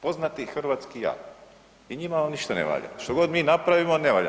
Poznati hrvatski jal i njima on ništa ne valja, što god mi napravimo ne valja.